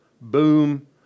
boom